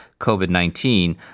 COVID-19